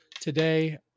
today